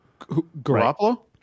garoppolo